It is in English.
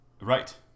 Right